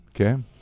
Okay